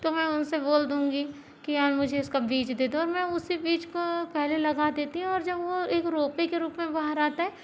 तो मैं उनसे बोल दूँगी कि यार मुझे इसका बीज दे दो और मैं उसी बीज को पहले लगा देती हूँ और जब वो एक रोपे के रूप मे बाहर आता है